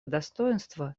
достоинства